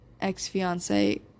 ex-fiance